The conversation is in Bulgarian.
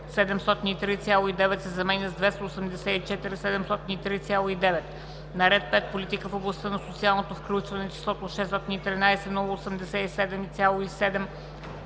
703,9“ се заменя с „284 703,9“; - на ред 5. „Политика в областта на социалното включване“ числото „613 087,7“